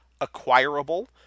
acquirable